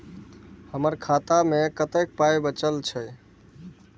हमर खाता मे कतैक पाय बचल छै